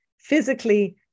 physically